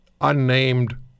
unnamed